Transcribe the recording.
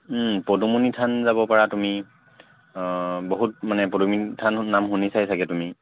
পদুমণি থান যাব পৰা তুমি বহুত মানে পদুমণি থান নাম শুনিচাই চাগৈ তুমি